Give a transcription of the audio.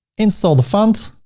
install the font.